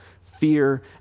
fear